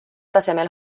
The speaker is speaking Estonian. tasemel